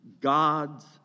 God's